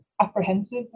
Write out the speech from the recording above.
apprehensive